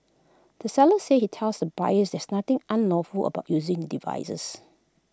the seller said he tells the buyers there's nothing unlawful about using devices